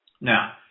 Now